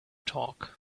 talk